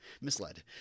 misled